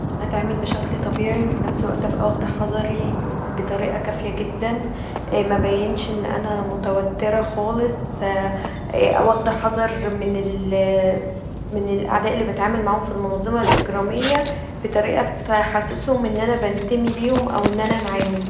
اتعامل بشكل طبيعي و في نفس الوقت ابقي واخده حذري بطريقه كافيه جدا مبينش اني متوتره خالص واخده حذر من من الاعداء اللي بتعامل معاهم في المنظمه الاجراميه بطريقه تحسسهم ان أنا بنتمي ليهم او ان أنا معاهم.